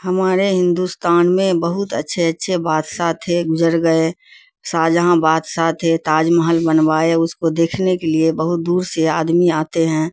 ہمارے ہندوستان میں بہت اچھے اچھے بادشاہ تھے گزر گئے شاہ جہاں بادشاہ تھے تاج محل بنوائے اس کو دیکھنے کے لیے بہت دور سے آدمی آتے ہیں